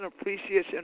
Appreciation